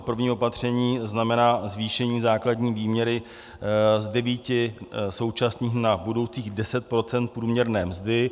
První opatření znamená zvýšení základní výměry z devíti současných na budoucích deset procent průměrné mzdy.